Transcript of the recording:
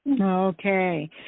Okay